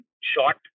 short